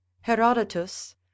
Herodotus